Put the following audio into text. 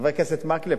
חבר הכנסת מקלב,